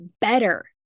better